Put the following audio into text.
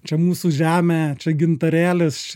čia mūsų žemė čia gintarėlis